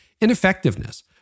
ineffectiveness